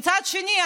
ומצד שני,